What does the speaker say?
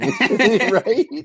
right